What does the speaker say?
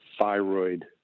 thyroid